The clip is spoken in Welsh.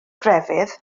grefydd